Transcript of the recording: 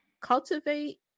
cultivate